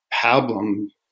problem